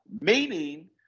Meaning